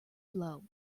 blow